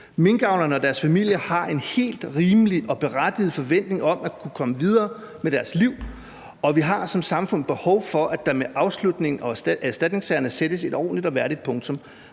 »Minkavlerne og deres familier har en helt rimelig og berettiget forventning om at kunne komme videre med deres liv, og vi har som samfund behov for, at der med afslutningen af erstatningssagerne sættes et ordentligt og værdigt punktum.